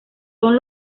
son